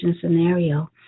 scenario